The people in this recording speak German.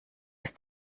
ist